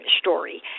story